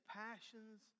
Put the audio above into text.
passions